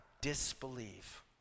disbelieve